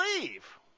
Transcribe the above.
believe